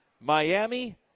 Miami